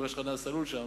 מגרש החנייה סלול שם,